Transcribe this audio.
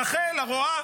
רחל, הרועה,